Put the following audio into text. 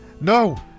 no